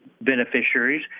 beneficiaries